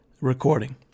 recording